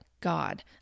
God